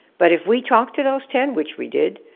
but if we talk to those ten, which we did,